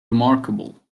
remarkable